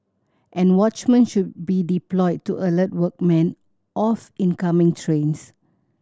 and watchmen should be deployed to alert workmen of incoming trains